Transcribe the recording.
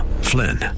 Flynn